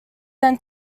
then